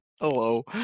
hello